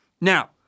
Now